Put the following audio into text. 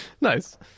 Nice